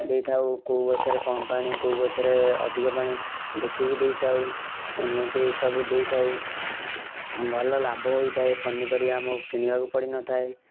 ଦେଇଥାଉ କେଉଁ ଗଛରେ କମ୍ ପାଣି କେଉଁ ଗଛରେ ଅଧିକ ପାଣି ଦେଖିକି ଦେଇଥାଉ ଏମିତି ସବୁ ଦେଇଥାଉ ଭଲ ଲାଭ ହୋଇଥାଏ ପନିପରିବା ଆମକୁ କିଣିବାକୁ ପଡ଼ିନଥାଏ